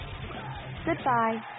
Goodbye